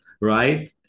right